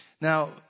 Now